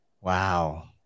Wow